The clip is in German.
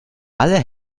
alle